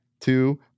two